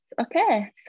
Okay